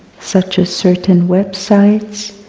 such as certain websites,